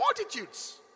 multitudes